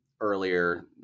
earlier